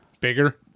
bigger